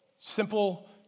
simple